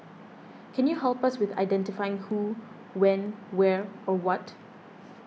can you help us with identifying who when where or what